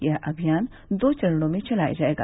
यह अभियान दो चरणों में चलाया जायेगा